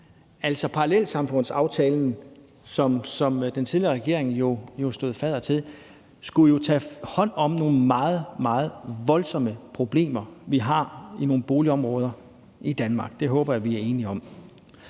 Parallelsamfundsaftalen, som den tidligere regering stod fadder til, skulle jo tage hånd om nogle meget, meget voldsomme problemer, vi har i nogle boligområder i Danmark. Det håber jeg vi er enige om.